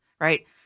right